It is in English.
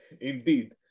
Indeed